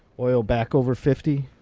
oil back over fifty?